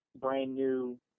brand-new